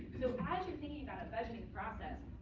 so as you're thinking about a budgeting process,